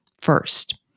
First